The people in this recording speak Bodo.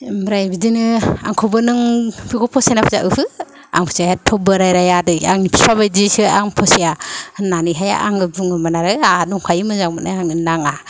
ओमफ्राय बिदिनो आंखौबो नों बिखौ फसायो ना फसाया ओहो आं फसाया एथ' बोराइराय आदै आंनि बिफाबादिसो आं फसाया होन्नानैहाय आङो बुङोमोन आरो आंहा मोजां मोननाय दंखायो आंनो नाङा